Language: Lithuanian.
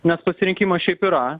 nes pasirinkimas šiaip yra